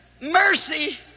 mercy